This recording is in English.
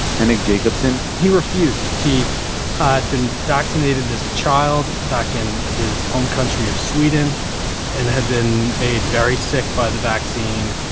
henning jacobson. he refused. he ah had been vaccinated as a child back in his home country of sweden and had been made very sick by the vaccine.